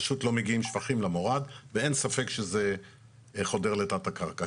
פשוט לא מגיעים שפכים למורד ואין ספק שזה חודר לתת הקרקע,